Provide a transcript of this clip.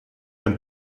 ein